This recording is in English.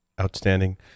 Outstanding